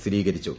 സ്ഥിരീകരിച്ചു